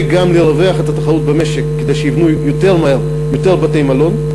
וגם לרווח את התחרות במשק כדי שייבנו יותר מהר יותר בתי-מלון.